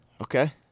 Okay